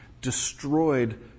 destroyed